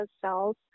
cells